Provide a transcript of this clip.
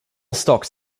stocks